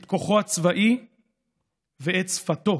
את כוחו הצבאי ואת שפתו